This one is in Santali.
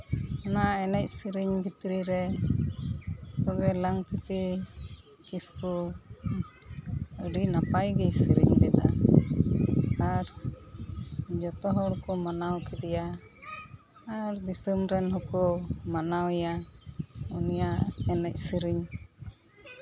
ᱱᱚᱣᱟ ᱮᱱᱮᱡ ᱥᱮᱨᱮᱧ ᱵᱷᱤᱛᱨᱤ ᱨᱮ ᱛᱚᱵᱮ ᱞᱟᱝᱛᱤᱛᱤ ᱠᱤᱥᱠᱩ ᱟᱹᱰᱤ ᱱᱟᱯᱟᱭ ᱜᱮᱭ ᱥᱮᱨᱮᱧ ᱞᱮᱫᱟ ᱟᱨ ᱡᱚᱛᱚ ᱦᱚᱲ ᱠᱚ ᱢᱟᱱᱟᱣ ᱠᱮᱫᱮᱭᱟ ᱟᱨ ᱫᱤᱥᱚᱢ ᱨᱮᱱ ᱦᱚᱸᱠᱚ ᱢᱟᱱᱟᱣ ᱮᱭᱟ ᱩᱱᱤᱭᱟᱜ ᱮᱱᱮᱡ ᱥᱮᱨᱮᱧ